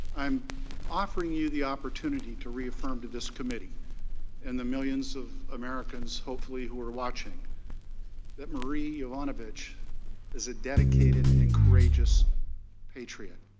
i am offering you the opportunity to reaffirm to this committee and the millions of americans hopefully who are watching that marie yovanovitch is a dedicated and courageous patriot.